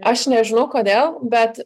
aš nežinau kodėl bet